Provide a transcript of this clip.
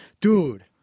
Dude